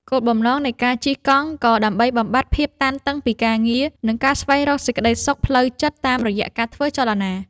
គោលបំណងនៃការជិះកង់ក៏ដើម្បីបំបាត់ភាពតានតឹងពីការងារ និងការស្វែងរកសេចក្ដីសុខផ្លូវចិត្តតាមរយៈការធ្វើចលនា។